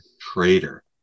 traitor